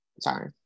sorry